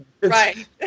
Right